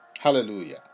Hallelujah